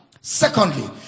secondly